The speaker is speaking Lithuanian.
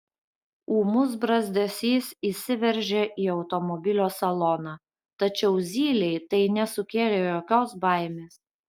ūmus brazdesys įsiveržė į automobilio saloną tačiau zylei tai nesukėlė jokios baimės